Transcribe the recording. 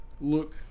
Look